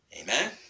Amen